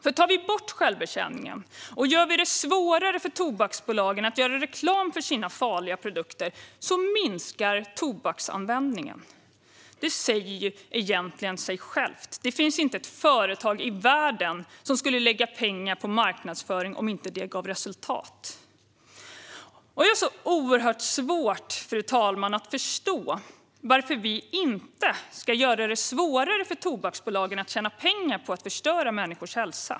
Om vi tar bort självbetjäningen och gör det svårare för tobaksbolagen att göra reklam för sina farliga produkter minskar tobaksanvändningen. Det säger ju egentligen sig självt. Det finns inte ett företag i världen som skulle lägga pengar på marknadsföring om den inte gav resultat. Jag har mycket svårt, fru talman, att förstå varför vi inte ska göra det svårare för tobaksbolagen att tjäna pengar på att förstöra människors hälsa.